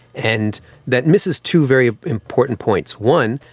and that misses two very important points. one,